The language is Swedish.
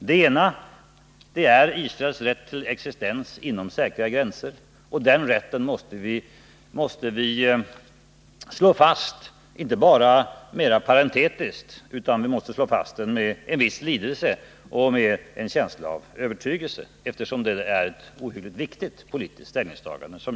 Det ena är Israels rätt till existens inom säkra och erkända gränser, och denna rätt måste vi slå fast inte bara mera parentetiskt utan med en viss lidelse. Det är ett mycket viktigt politiskt ställningstagande.